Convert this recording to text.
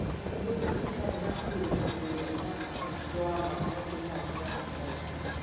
they said, listen, we've had enough theater history and enough of drama and everything else to last us a lifetime.